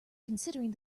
considering